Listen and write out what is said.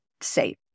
safe